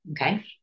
okay